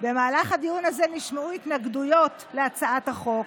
במהלך הדיון הזה נשמעו התנגדויות להצעת החוק.